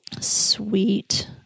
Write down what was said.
Sweet